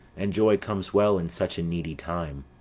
and joy comes well in such a needy time.